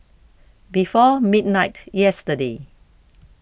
before midnight yesterday